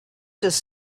does